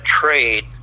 trade